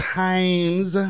times